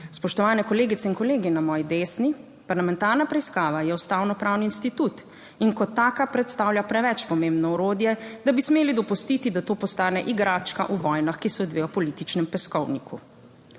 Spoštovane kolegice in kolegi, na moji desni parlamentarna preiskava je ustavno pravni institut in kot taka predstavlja preveč pomembno orodje. Da bi smeli dopustiti, da to postane igračka v vojnah, ki so dve v političnem peskovniku.